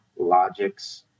Logics